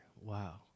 Wow